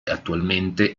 attualmente